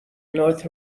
north